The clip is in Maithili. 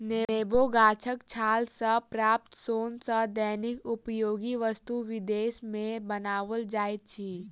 नेबो गाछक छाल सॅ प्राप्त सोन सॅ दैनिक उपयोगी वस्तु विदेश मे बनाओल जाइत अछि